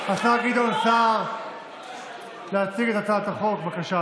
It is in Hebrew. אדוני היושב-ראש, כנסת נכבדה, בפרק הקודם